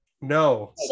No